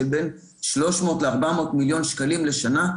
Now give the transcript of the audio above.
של בין 300 ל-400 מיליון שקלים בשנה.